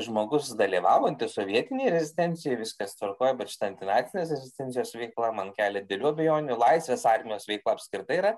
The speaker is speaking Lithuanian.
žmogus dalyvavo antisovietinėj rezistencijoj viskas tvarkoj bet šita antinacinės rezistencijos veikla man kelia delių abejonių laisvės armijos veikla apskritai yra